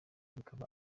bikaba